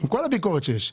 עם כל הביקורת שיש,